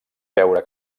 veure